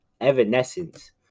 evanescence